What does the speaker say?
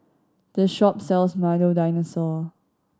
this shop sells Milo Dinosaur